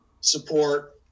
support